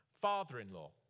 father-in-law